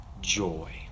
joy